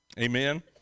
Amen